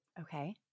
Okay